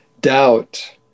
doubt